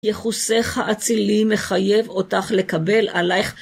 יחוסך, אצילי, מחייב אותך לקבל עלייך.